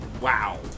Wow